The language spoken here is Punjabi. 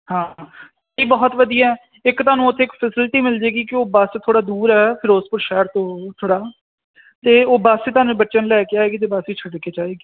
ਹਾਂ ਇਹ ਬਹੁਤ ਵਧੀਆ ਇੱਕ ਤੁਹਾਨੂੰ ਉਥੇ ਫੈਸਿਲਿਟੀ ਮਿਲ ਜਾਏਗੀ ਕਿ ਉਹ ਬੱਸ ਥੋੜਾ ਦੂਰ ਹੈ ਫਿਰੋਜ਼ਪੁਰ ਸ਼ਹਿਰ ਤੋਂ ਥੋੜਾ ਤੇ ਉਹ ਬੱਸ ਤੁਹਾਨੂੰ ਬੱਚਿਆਂ ਨੂੰ ਲੈ ਕੇ ਆਏਗੀ ਤੇ ਬਾਕੀ ਛੱਡ ਕੇ ਜਾਏਗੀ